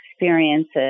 experiences